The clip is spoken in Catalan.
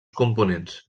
components